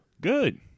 Good